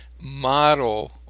model